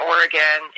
Oregon